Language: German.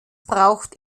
braucht